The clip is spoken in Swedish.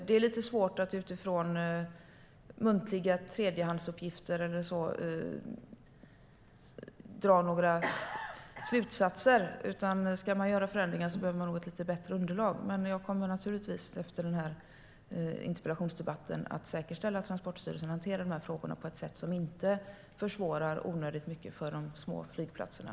Det är lite svårt att dra några slutsatser utifrån muntliga tredjehandsuppgifter och liknande. Ska man göra förändringar behöver man nog ett lite bättre underlag. Jag kommer naturligtvis efter den här interpellationsdebatten att säkerställa att Transportstyrelsen hanterar dessa frågor på ett sätt som inte försvårar onödigt mycket för de små flygplatserna.